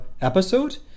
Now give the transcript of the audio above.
episode